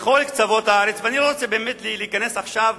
מכל קצוות הארץ, ואני לא רוצה באמת להיכנס עכשיו